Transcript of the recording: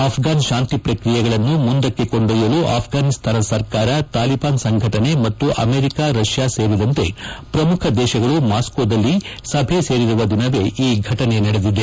apron ತಾಂತಿ ಪ್ರಕ್ರಿಯೆಗಳನ್ನು ಮುಂದಕ್ಕೆ ಕೊಂಡೊಯ್ಯಲು ಅಫ್ಪಾನಿಸ್ತಾನ ಸರ್ಕಾರ ತಾಲಿಬಾನ್ ಸಂಘಟನೆ ಮತ್ತು ಅಮೆರಿಕ ರಷ್ಣಾ ಸೇರಿದಂತೆ ಶ್ರಮುಖ ದೇಶಗಳು ಮಾಸ್ಕೋದಲ್ಲಿ ಸಭೆ ಸೇರಿರುವ ದಿನವೇ ಈ ಫಟನೆ ನಡೆದಿದೆ